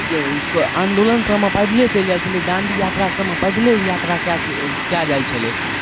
आन्दोलन सभमे पैदले चलि जाइ छलै दाँडी यात्रा सभमे पैदले ओ यात्रा कए चु कए जाइ छलै